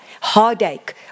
heartache